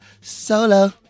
Solo